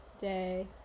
day